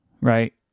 right